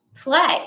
play